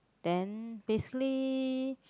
then basically